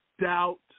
doubt